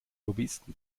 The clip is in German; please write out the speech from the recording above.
lobbyisten